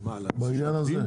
בעניין הזה.